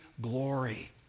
glory